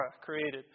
created